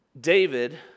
David